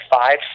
five